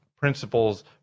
principles